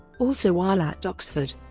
also while at oxford,